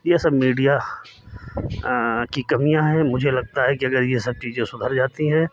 ये सब मीडिया की कमियाँ हैं मुझे लगता है कि ये सब चीज़ें अगर सुधर जाती हैं